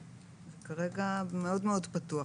כרגע זה מאוד מאוד פתוח.